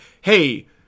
hey